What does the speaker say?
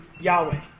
Yahweh